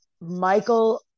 michael